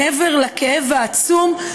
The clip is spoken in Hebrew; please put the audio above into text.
מעבר לכאב העצום,